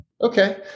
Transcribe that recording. Okay